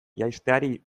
jaisteari